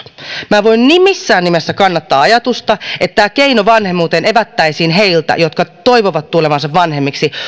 minä en voi missään nimessä kannattaa ajatusta että tämä keino vanhemmuuteen evättäisiin heiltä jotka toivovat tulevansa vanhemmiksi